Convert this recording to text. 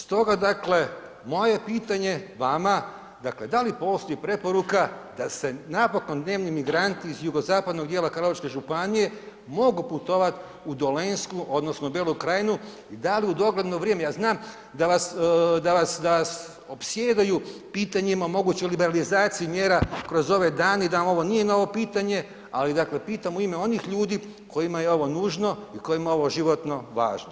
Stoga dakle, moje je pitanje vama, dakle da li postoji preporuka da se napokon dnevni migranti iz jugozapadnog dijela Karlovačke županije mogu putovat u Dolenjsku odnosno Belu krajinu i da li u dogledno vrijeme, ja znam da vas, da vas, da opsjedaju pitanjima o mogućoj liberalizaciji mjera kroz ove dane i da vam ovo nije novo pitanje, ali dakle, pitam u ime onih ljudi kojima je ovo nužno i kojima je ovo životno važno.